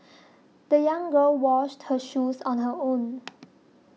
the young girl washed her shoes on her own